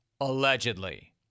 Allegedly